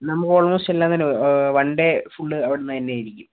നമുക്ക് ഓൾമോസ്റ്റ് എല്ലാം തന്നെ വൺ ഡേ ഫുഡ് അവിടുന്ന് തന്നെയായിരിക്കും